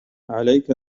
عليك